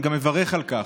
אני גם מברך על כך.